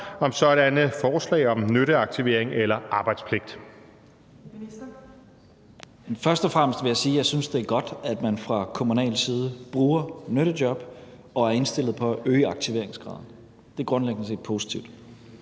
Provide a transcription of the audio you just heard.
(Beskæftigelsesministeren) Mattias Tesfaye (fg.): Først og fremmest vil jeg sige, at jeg synes, det er godt, at man fra kommunal side bruger nyttejob og er indstillet på at øge aktiveringsgraden. Det er grundlæggende set positivt,